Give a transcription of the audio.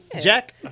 Jack